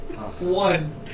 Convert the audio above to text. One